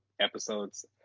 episodes